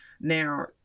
Now